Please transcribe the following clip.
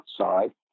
outside